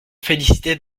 félicitait